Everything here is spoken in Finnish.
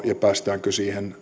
ja päästäänkö